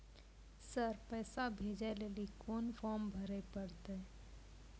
Sir पैसा भेजै लेली कोन फॉर्म भरे परतै?